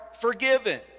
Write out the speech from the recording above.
forgiven